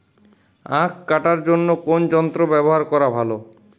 আঁখ কাটার জন্য কোন যন্ত্র ব্যাবহার করা ভালো?